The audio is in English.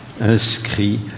inscrit